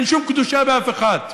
אין שום קדושה באף אחד.